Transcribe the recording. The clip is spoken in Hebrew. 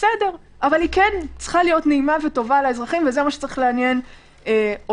אבל היא כן צריכה להיות נעימה לאזרחים וזה מה שצריך לעניין אותנו,